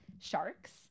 Sharks